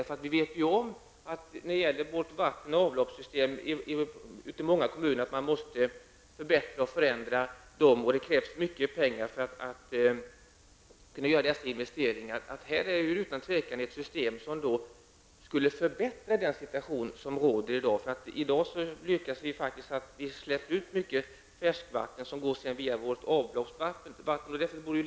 Vi vet om att man måste förbättra och förändra vatten och avloppssystemen i många kommuner, och det krävs mycket pengar för att kunna göra dessa investeringar. Här finns utan tvivel ett system som skulle förbättra läget i den situation som i dag råder. I dag släpps mycket färskvatten ut via avloppsnätet.